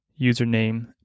username